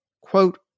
quote